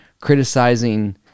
criticizing